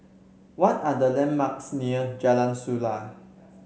what are the landmarks near Jalan Suasa